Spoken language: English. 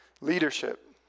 leadership